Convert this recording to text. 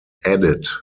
added